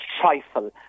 trifle